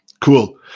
cool